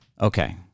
okay